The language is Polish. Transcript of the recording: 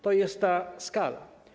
To jest ta skala.